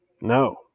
No